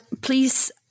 please